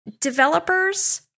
developers